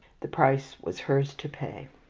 the price was hers to pay.